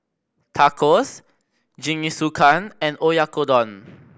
Tacos Jingisukan and Oyakodon